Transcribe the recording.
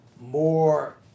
more